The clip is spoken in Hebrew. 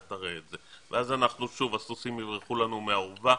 תראה את זה ואז שוב הסוסים יברחו לנו מהאורווה.